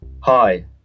hi